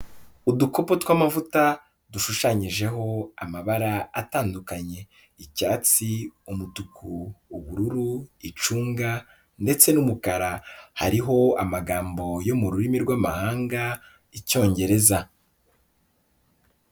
Udukopu tw'amavuta dushushanyijeho amabara atandukanye icyatsi, umutuku, ubururu icunga ndetse n'umukara, hariho amagambo yo mu rurimi rw'amahanga Icyongereza.